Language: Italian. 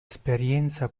esperienza